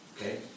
okay